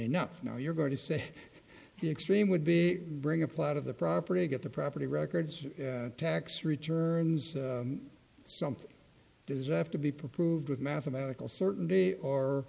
enough now you're going to say the extreme would be bring a plot of the property to get the property records tax returns something does have to be proved with mathematical certainty or